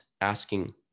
asking